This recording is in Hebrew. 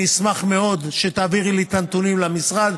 אני אשמח מאוד שתעבירי לי את הנתונים למשרד,